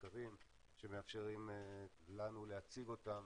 מחקרים שמאפשרים לנו להציג אותם